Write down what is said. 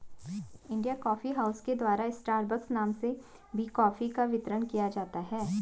India coffee house के द्वारा Starbucks नाम से भी कॉफी का वितरण किया जाता है